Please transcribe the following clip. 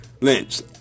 Lynch